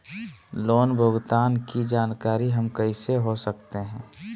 Loan भुगतान की जानकारी हम कैसे हो सकते हैं?